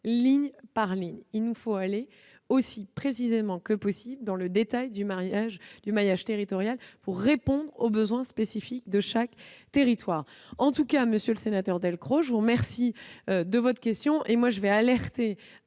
ligne par ligne. Il nous faut aller aussi précisément que possible dans le détail du maillage territorial pour répondre aux besoins spécifiques de chaque territoire. En tout cas, monsieur le sénateur Delcros, je vous remercie de votre question. Je vais alerter